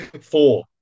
Four